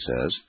says